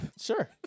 Sure